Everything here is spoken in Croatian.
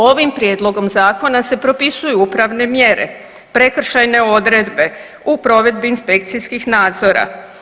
Ovim Prijedlogom zakona se propisuju upravne mjere, prekršajne odredbe u provedbi inspekcijskih nadzora.